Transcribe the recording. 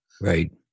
Right